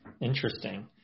Interesting